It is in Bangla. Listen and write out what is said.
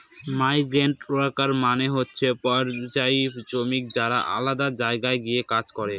মাইগ্রান্টওয়ার্কার মানে হচ্ছে পরিযায়ী শ্রমিক যারা আলাদা জায়গায় গিয়ে কাজ করে